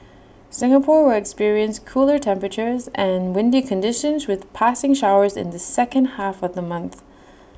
Singapore will experience cooler temperatures and windy conditions with passing showers in the second half of the month